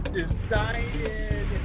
decided